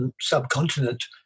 subcontinent